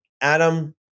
Adam